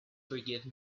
forgive